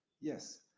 Yes